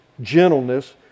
gentleness